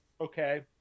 okay